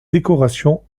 décoration